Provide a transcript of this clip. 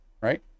right